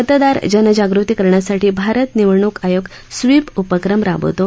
मतदार जनजागृती करण्यासाठी भारत निवडणूक आयोग स्वीप उपक्रम राबवतो